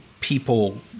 people